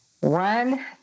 one